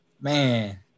man